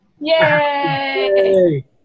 Yay